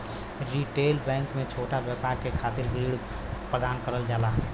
retail bank में छोटा व्यापार के खातिर भी ऋण प्रदान करल जाला